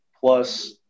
plus